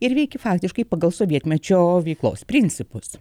ir veiki faktiškai pagal sovietmečio veiklos principus